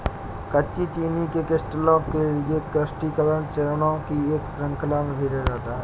कच्ची चीनी के क्रिस्टल के लिए क्रिस्टलीकरण चरणों की एक श्रृंखला में भेजा जाता है